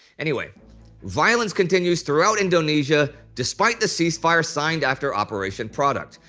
anyway violence continues throughout indonesia despite the ceasefire signed after operation product.